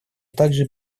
тоже